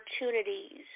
opportunities